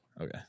Okay